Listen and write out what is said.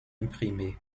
imprimés